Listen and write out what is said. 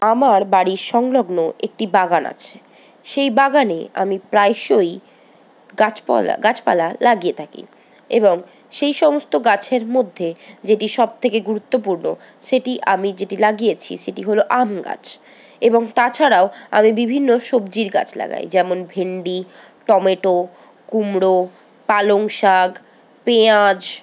আমার বাড়ি সংলগ্ন একটি বাগান আছে সেই বাগানে আমি প্রায়শই গাছপলা গাছপালা লাগিয়ে থাকি এবং সেই সমস্ত গাছের মধ্যে যেটি সব থেকে গুরুত্বপূর্ণ সেটি আমি যেটি লাগিয়েছি সেটি হল আম গাছ এবং তাছাড়াও আমি বিভিন্ন সবজির গাছ লাগাই যেমন ভেন্ডি টমেটো কুমড়ো পালং শাক পেঁয়াজ